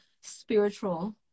spiritual